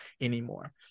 anymore